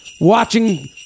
Watching